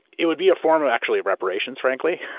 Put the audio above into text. it would be a form of actually reparations frankly.